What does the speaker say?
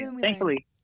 thankfully